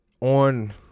on